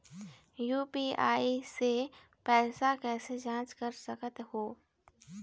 UPI से पैसा कैसे जाँच कर सकत हो?